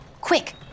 Quick